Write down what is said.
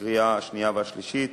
הקריאה השנייה והשלישית.